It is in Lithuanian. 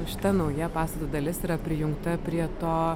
šita nauja pastato dalis yra prijungta prie to